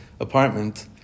apartment